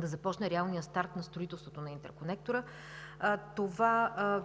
да започне реалният старт на строителството на интерконектора. Това